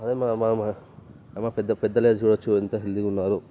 అదే మన మన పెద్ద పెద్దలను చూడచ్చు ఎంత హెల్దీగా ఉన్నారో